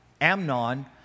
Amnon